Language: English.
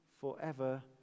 forever